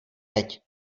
teď